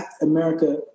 America